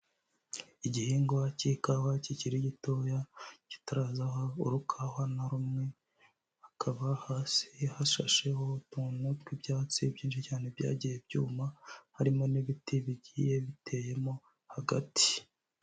Igihingwa k'ikawa kikiri gitoya, kitarazaha urukawa na rumwe, hakava hasi hashasheho utuntu tw'ibyatsi byinshi cyane byagiye byuma, harimo n'ibiti bigiye biteyemo hagati.